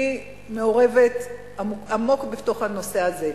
ואני מעורבת עמוק בנושא הזה,